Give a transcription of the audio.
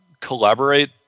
collaborate